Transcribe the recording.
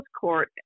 court